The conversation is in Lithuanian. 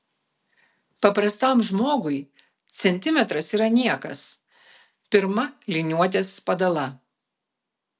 paprastam žmogui centimetras yra niekas pirma liniuotės padala